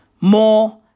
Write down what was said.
More